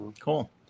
Cool